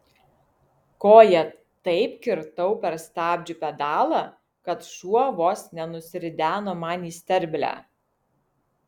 koja taip kirtau per stabdžių pedalą kad šuo vos nenusirideno man į sterblę